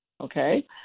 okay